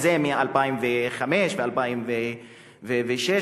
וזה מ-2005 ו-2006,